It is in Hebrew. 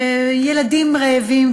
ילדים רעבים,